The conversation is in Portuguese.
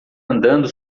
andando